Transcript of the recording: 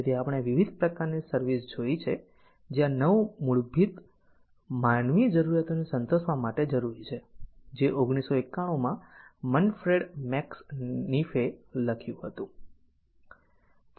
તેથી આપણે વિવિધ પ્રકારની સર્વિસ જોઈ છે જે આ 9 મૂળભૂત માનવીય જરૂરિયાતોને સંતોષવા માટે જરૂરી છે જે 1991 માં મેનફ્રેડ મેક્સ નીફે લખ્યું હતું